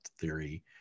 theory